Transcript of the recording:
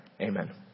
Amen